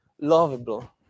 lovable